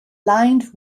lined